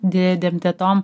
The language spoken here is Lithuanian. dėdėm tetom